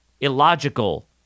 illogical